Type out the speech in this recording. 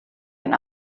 ein